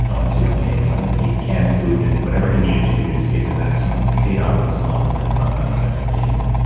and once he went to england, ate canned food and whatever he needed to do to save the maximum, paid off those loans, and then brought my mother to england.